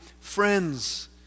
friends